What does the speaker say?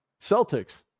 Celtics